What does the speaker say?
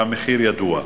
והמחיר ידוע.